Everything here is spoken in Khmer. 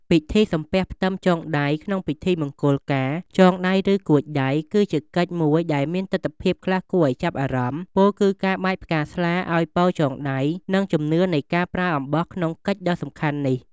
ពិធីសំពះផ្ទឹមចងដៃក្នុងពិធីមង្គលការ “ចងដៃ” ឬ “កួចដៃ” គឺជាកិច្ចមួយដែលមានទិដ្ឋភាពខ្លះគួរឱ្យចាប់អារម្មណ៍ ពោលគឺការបាចផ្កាស្លាឱ្យពរចងដៃ និងជំនឿនៃការប្រើអំបោះក្នុងកិច្ចដ៏សំខាន់នេះ។